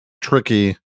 tricky